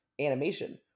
animation